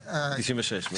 96,